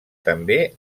també